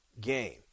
game